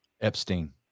Epstein